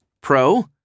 Pro